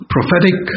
Prophetic